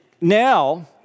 now